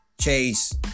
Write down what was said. Chase